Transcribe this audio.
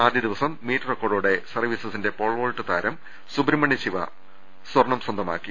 അദ്യ ദിവസം മീറ്റ് റെക്കോർഡോടെ സർവ്വീസസിന്റെ പോൾവോൾട്ട് താരം സുബ്രഹ്മണ്യ ശിവ സ്വർണം സ്വന്തമാക്കി